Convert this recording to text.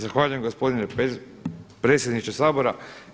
Zahvaljujem gospodine predsjedniče Sabora.